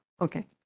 Okay